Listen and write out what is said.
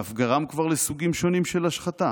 ואף כבר גרם לסוגים שונים של השחתה.